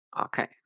Okay